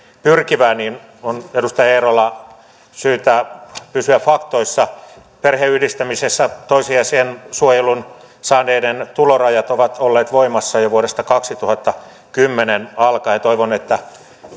pyrkivää niin on edustaja eerola syytä pysyä faktoissa perheenyhdistämisessä toissijaisen suojelun saaneiden tulorajat ovat olleet voimassa jo vuodesta kaksituhattakymmenen alkaen ja toivon että